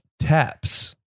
Taps